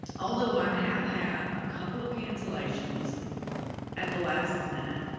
although i have had a couple of cancellations at the last minute,